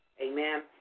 Amen